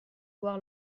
voir